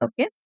Okay